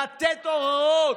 לתת הוראות,